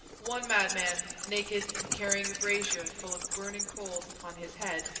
one madman, naked, and carrying a brazier full of burning coals upon his head,